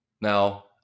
now